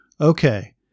Okay